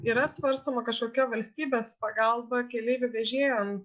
yra svarstoma kažkokia valstybės pagalba keleivių vežėjam